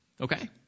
Okay